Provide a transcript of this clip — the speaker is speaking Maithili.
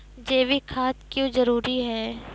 जैविक खाद क्यो जरूरी हैं?